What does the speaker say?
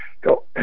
go